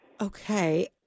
Okay